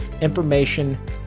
information